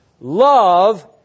love